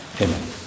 Amen